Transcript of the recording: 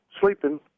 sleeping